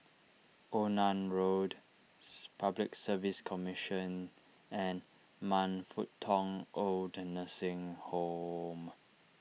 Onan Roads Public Service Commission and Man Fut Tong Old the Nursing Home